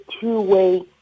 two-way